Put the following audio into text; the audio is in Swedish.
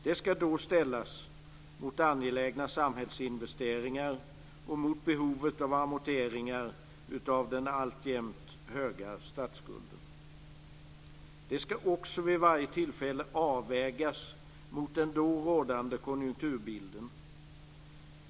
Det ska då ställas mot angelägna samhällsinvesteringar och mot behovet av amorteringar av den alltjämt höga statsskulden. Det ska också vid varje tillfälle avvägas mot den då rådande konjunkturbilden.